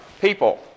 People